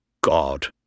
God